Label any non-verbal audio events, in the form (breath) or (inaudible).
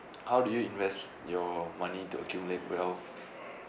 how did you invest your money to accumulate wealth (breath)